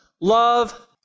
love